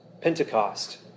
Pentecost